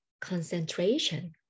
concentration